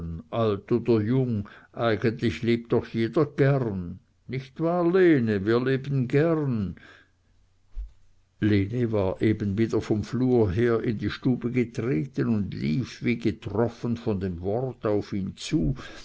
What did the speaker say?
alt oder jung eigentlich lebt doch jeder gern nicht wahr lene wir leben gern lene war eben wieder vom flur her in die stube getreten und lief wie getroffen von dem wort auf ihn zu